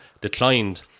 declined